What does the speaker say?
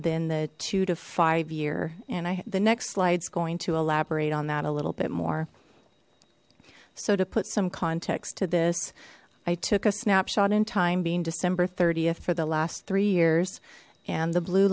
than the two to five year and i the next slides going to elaborate on that a little bit more so to put some context to this i took a snapshot in time being december th for the last three years and the blue